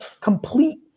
complete